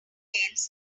details